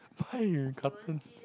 why you